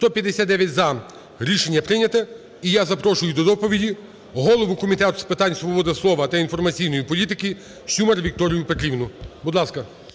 За-159 Рішення прийняте. І я запрошую до доповіді голову Комітету з питань свободи слова та інформаційної політики Сюмар Вікторію Петрівну. Будь ласка.